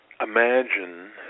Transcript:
imagine